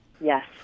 Yes